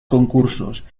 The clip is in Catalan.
concursos